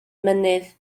mynydd